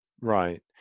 Right